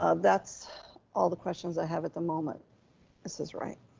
ah that's all the questions i have at the moment mrs. wright.